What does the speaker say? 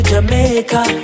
Jamaica